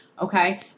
Okay